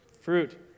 fruit